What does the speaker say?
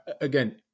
Again